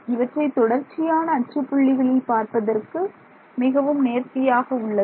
இவற்றை தொடர்ச்சியான அச்சு புள்ளிகளில் பார்ப்பதற்கு மிகவும் நேர்த்தியாக உள்ளது